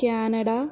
Canada